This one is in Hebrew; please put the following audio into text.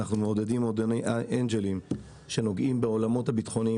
אנחנו מעודדים מועדוני אנג'לים שנוגעים בעולמות הביטחוניים,